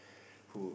who